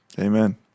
Amen